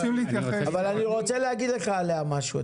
אבל אני רוצה להגיד לך עלינו משהו.